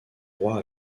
roi